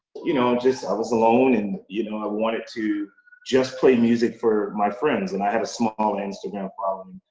you know, just i was alone and, you know, i wanted to just play music for my friends and i had a small instagram following,